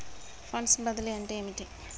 Funds బదిలీ అంటే ఏమిటి?